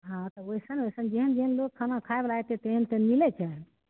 हँ तऽ ओइसन ओइसन लोग जेहन जेहन लोग खाना खाए बाला तेहन तेहन मिलै छै